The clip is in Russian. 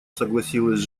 согласилась